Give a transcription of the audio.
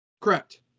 Correct